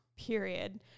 Period